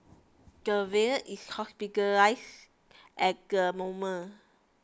the is hospitalise at the moment